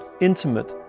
intimate